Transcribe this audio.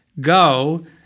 go